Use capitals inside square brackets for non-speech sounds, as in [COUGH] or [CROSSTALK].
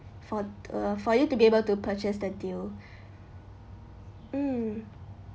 for uh for you to be able to purchase the deal [BREATH] mm